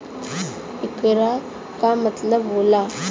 येकर का मतलब होला?